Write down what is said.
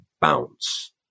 bounce